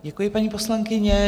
Děkuji, paní poslankyně.